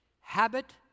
habit